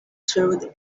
through